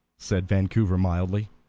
said vancouver mildly,